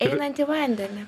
einant į vandenį